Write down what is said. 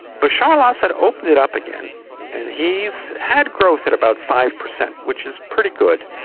bashar al-assad opened it up again and he's had growth at about five percent which is pretty good,